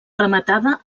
rematada